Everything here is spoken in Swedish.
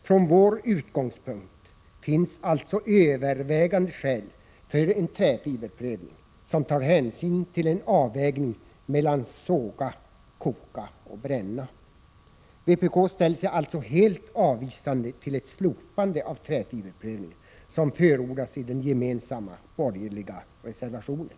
Från vår utgångspunkt finns alltså övervägande skäl för en träfiberprövning som tar hänsyn till en avvägning mellan såga, koka och bränna. Vpk ställer sig alltså helt avvisande till ett slopande av träfiberprövningen, något som förordas i den gemensamma borgerliga reservationen.